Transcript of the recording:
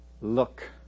look